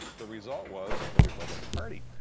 the result was the republican party.